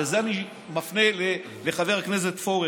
ואת זה אני מפנה לחבר הכנסת פורר.